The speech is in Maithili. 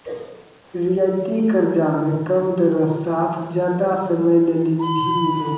रियायती कर्जा मे कम दरो साथ जादा समय लेली भी मिलै छै